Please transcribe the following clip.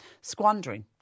squandering